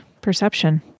perception